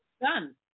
done